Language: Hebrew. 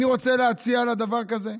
אני רוצה להציע לה דבר כזה.